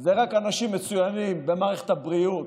זה רק אנשים מצוינים במערכת הבריאות,